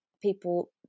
people